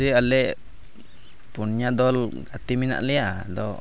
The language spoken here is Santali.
ᱦᱳᱭ ᱟᱞᱮ ᱯᱳᱱᱭᱟ ᱫᱚᱞ ᱜᱟᱛᱮ ᱢᱮᱱᱟᱜ ᱞᱮᱭᱟ ᱟᱫᱚ